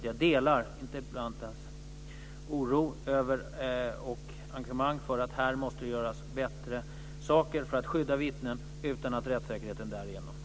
Jag delar interpellantens oro över detta och engagemang för att här måste göras bättre saker för att skydda vittnen utan att rättssäkerheten därigenom hotas.